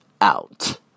out